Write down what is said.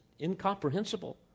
incomprehensible